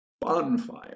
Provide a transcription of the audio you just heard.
bonfire